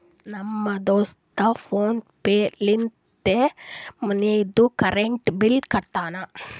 ನಮ್ ದೋಸ್ತ PhonePe ಲಿಂತೆ ಮನಿದು ಕರೆಂಟ್ ಬಿಲ್ ಕಟ್ಯಾನ್